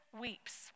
weeps